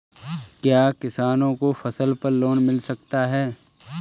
क्या किसानों को फसल पर लोन मिल सकता है?